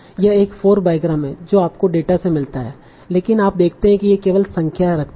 यह एक 4ग्राम है जो आपको डेटा से मिलता है लेकिन आप देखते हैं कि ये केवल संख्या रखते हैं